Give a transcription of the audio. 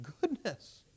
goodness